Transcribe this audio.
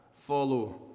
follow